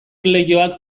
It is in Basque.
leioak